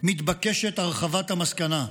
מתבקשת הרחבת המסקנה: